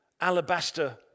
alabaster